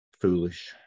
foolish